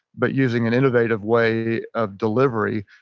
but using an innovative way of delivery.